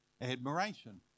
admiration